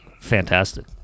fantastic